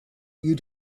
you